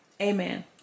amen